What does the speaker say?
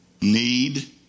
Need